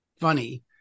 funny